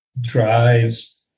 drives